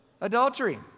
adultery